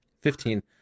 Fifteen